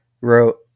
wrote